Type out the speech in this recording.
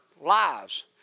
lives